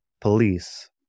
police